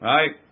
Right